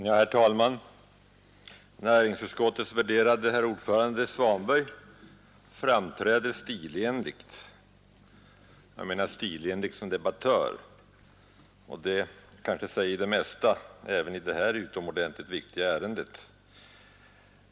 Herr talman! Näringsutskottets värderade ordförande, herr Svanberg, framträder stilenligt som debattör, och det kanske säger det mesta, även i det. här utomordentligt viktiga ärendet.